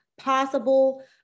possible